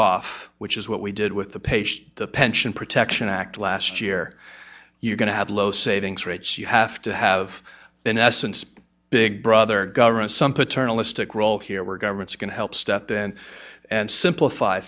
checkoff which is what we did with the page the pension protection act last year you're going to have low savings rates you have to have been essence big brother government some paternalistic role here where government's going to help step in and simplify